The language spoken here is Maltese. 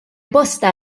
bosta